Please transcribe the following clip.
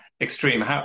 extreme